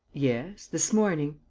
yes. this morning.